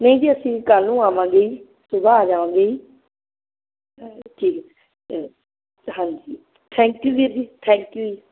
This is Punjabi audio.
ਨਹੀਂ ਜੀ ਅਸੀਂ ਕੱਲ ਨੂੰ ਆਵਾਂਗੇ ਸੁਬਹ ਆ ਜਾਵਾਂਗੇ ਜੀ ਅ ਹਾਂਜੀ ਥੈਂਕ ਯੂ ਵੀਰ ਜੀ ਥੈਂਕ ਯੂ ਜੀ